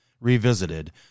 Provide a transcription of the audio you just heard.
revisited